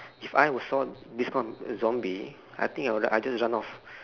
if I was saw this kind of zombie I think I I will just run off